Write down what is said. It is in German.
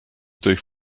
durch